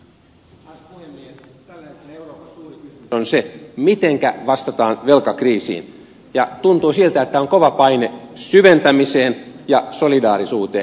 tällä hetkellä euroopan suurin kysymys on se miten vastataan velkakriisiin ja tuntuu siltä että on kova paine syventämiseen ja solidaarisuuteen